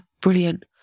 brilliant